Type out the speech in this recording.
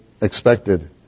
expected